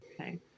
Okay